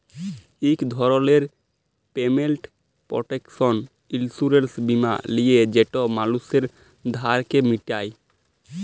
ইক ধরলের payment protection insurance বীমা লিলে যেট মালুসের ধারকে মিটায়